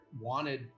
wanted